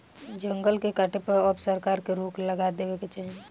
जंगल के काटे पर अब सरकार के रोक लगा देवे के चाही